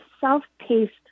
self-paced